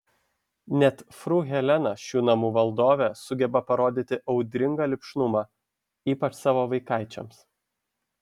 net fru helena šių namų valdovė sugeba parodyti audringą lipšnumą ypač savo vaikaičiams